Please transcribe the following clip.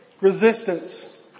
resistance